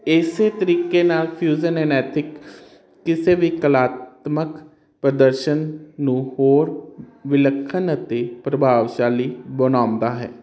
ਇਸੇ ਤਰੀਕੇ ਨਾਲ ਫਿਊਜ਼ਨ ਐਨਥਿਕ ਜਿਥੇ ਵੀ ਕਲਾਤਮਕ ਪ੍ਰਦਰਸ਼ਨ ਨੂੰ ਹੋਰ ਵਿਲੱਖਣ ਅਤੇ ਪ੍ਰਭਾਵਸ਼ਾਲੀ ਬਣਾਉਦਾ ਹੈ